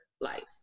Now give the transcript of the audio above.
life